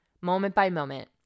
moment-by-moment